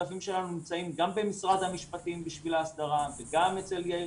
נמצאים גם במשרד המשפטים בשביל ההסדרה וגם אצל יאיר